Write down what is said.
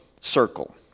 circle